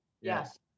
yes